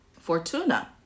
Fortuna